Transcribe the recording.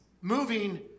moving